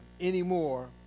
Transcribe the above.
anymore